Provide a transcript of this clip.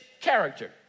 character